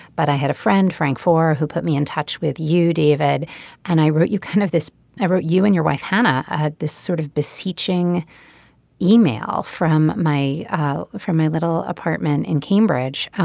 but i had a friend frank for who put me in touch with you david and i wrote you kind of this i wrote you and your wife hannah had this sort of beseeching email from my from my little apartment in cambridge.